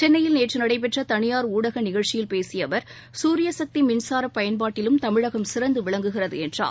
சென்னையில் நேற்றுநடைபெற்றதனியார் ஊடகநிகழ்ச்சியில் பேசியஅவர் சூரியசக்திமின்சாரம் பயன்பாட்டிலும் தமிழகம் சிறந்துவிளங்குகிறதுஎன்றார்